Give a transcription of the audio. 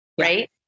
Right